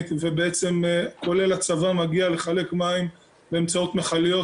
ובעצם כולל הצבא מגיע לחלק מים באמצעות מכליות,